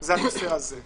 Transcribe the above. - זה הנושא הזה.